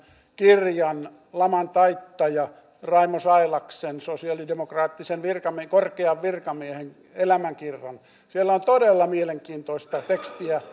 kirjan laman taittaja raimo sailaksen sosialidemokraattisen korkean virkamiehen elämäkerran siellä on todella mielenkiintoista tekstiä